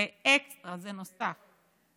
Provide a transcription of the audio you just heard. זה אקסטרה, זה נוסף.